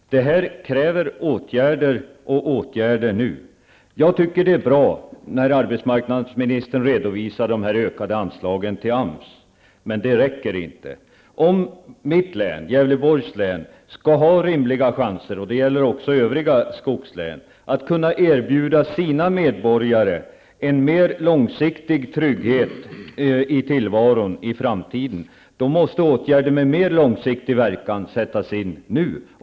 Detta kräver åtgärder, och de åtgärderna måste vidtas nu. Jag tycker det är bra när arbetsmarknadsministern redovisar de ökade anslagen till AMS, men det räcker inte. Om mitt hemlän, Gävleborgs län, skall ha rimliga chanser, och det gäller också övriga skogslän, att i framtiden kunna erbjuda sina medborgare en mer långsiktig trygghet i tillvaron, måste åtgärder med mer långsiktig verkan nu sättas in.